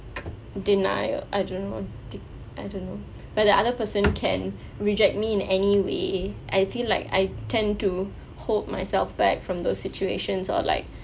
denial I don't know I don't know but the other person can reject me in any way I feel like I tend to hold myself back from those situations or like